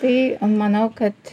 tai manau kad